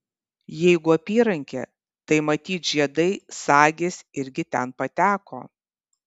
jeigu apyrankė tai matyt žiedai sagės irgi ten pateko